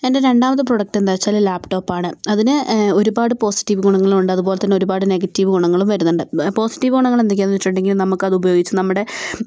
എൻ്റെ രണ്ടാമത്തെ പ്രോഡക്റ്റ് എന്താന്നുവെച്ചാൽ ലാപ്ടോപ്പ് ആണ് അതിന് ഒരുപാട് പോസറ്റീവ് ഗുണങ്ങളുണ്ട് അതുപോലെത്തന്നെ ഒരുപാട് നെഗറ്റീവ് ഗുണങ്ങളും വരുന്നുണ്ട് പോസിറ്റീവ് ഗുളങ്ങള് എന്തൊക്കെയാന്ന് വെച്ചിട്ടുണ്ടെങ്കില് നമുക്കതുപയോഗിച്ച് നമ്മുടെ